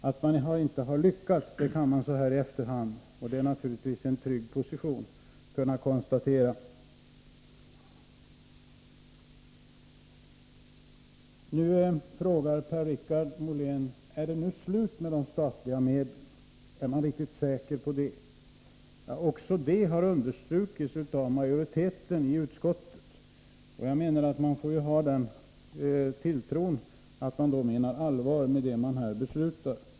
Att man inte har lyckats, kan man så här i efterhand — vilket naturligtvis är en trygg position — konstatera. Per-Richard Molén frågar om det nu är slut med de statliga medlen, om man är riktigt säker på det. Även det har understrukits av majoriteten i utskottet. Jag menar att vi får ha tilltro till att man menar allvar med de förslag som läggs fram.